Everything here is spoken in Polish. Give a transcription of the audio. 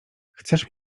chcesz